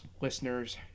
listeners